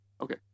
okay